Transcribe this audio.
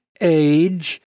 age